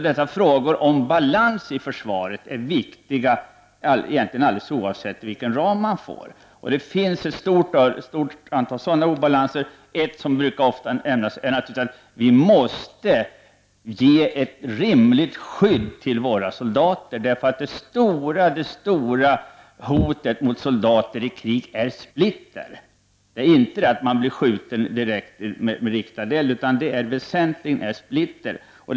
Dessa frågor om balans i försvaret är alltså viktiga, egentligen oavsett vilken ram man har. Det finns ett stort antal sådana här obalanser. En som ofta brukar nämnas gäller behovet av att ge våra soldater ett rimligt skydd. Det stora hotet mot soldater i krig kommer väsentligen från splitter, inte från direkt beskjutning med riktad eld.